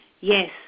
yes